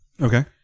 Okay